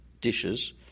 dishes